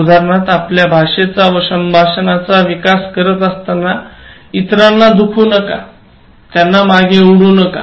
उदाहरणार्थ आपल्या भाषेचा व संभाषणाचा विकास करत असताना इतरांना दुखावू नका त्याना मागे ओढू नका